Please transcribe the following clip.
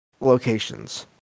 locations